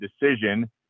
decision